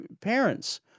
parents